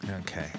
Okay